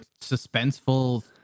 suspenseful